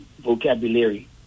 vocabulary